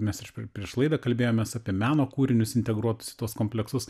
mes ir prieš laidą kalbėjomės apie meno kūrinius integruot į tuos kompleksus